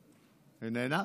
איננה,